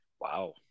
Wow